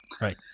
right